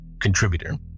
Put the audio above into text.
contributor